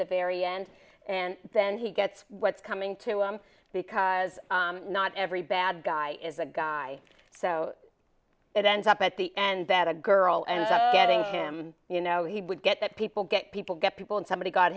the very end and then he gets what's coming to him because not every bad guy is a guy so it ends up at the end that a girl and getting him you know he would get that people get people get people and somebody got